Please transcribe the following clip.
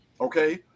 okay